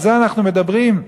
על זה אנחנו מדברים?